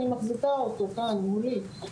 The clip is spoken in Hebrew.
אני מחזיקה אותו כאן מולי,